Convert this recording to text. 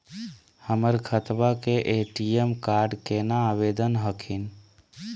हमर खतवा के ए.टी.एम कार्ड केना आवेदन हखिन?